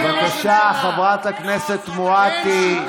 בבקשה, חברת הכנסת מואטי.